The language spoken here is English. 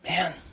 Man